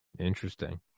interesting